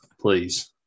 Please